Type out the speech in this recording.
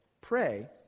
pray